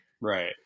Right